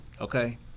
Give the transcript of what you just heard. Okay